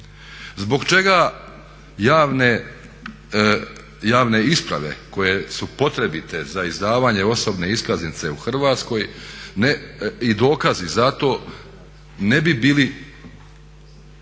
Zbog čega javne isprave koje su potrebite za izdavanje osobne iskaznice u Hrvatskoj i dokazi za to ne bi bili